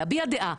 להביע דעה,